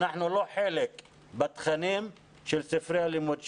אנחנו לא חלק בתכנים של ספרי הלימוד שלנו,